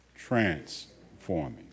transforming